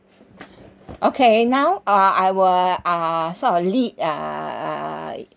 okay now uh I will uh sort of lead uh